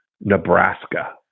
Nebraska